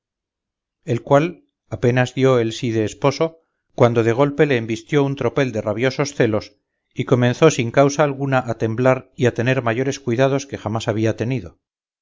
el cual apenas dio el sí de esposo cuando de golpe le embistió un tropel de rabiosos celos y comenzó sin causa alguna a temblar y a tener mayores cuidados que jamás había tenido